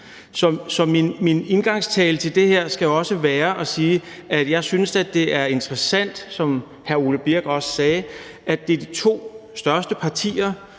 min indgangsvinkel til det her skal også være at sige, at jeg synes, det er interessant, som hr. Ole Birk Olesen også sagde, at det er de to største partier,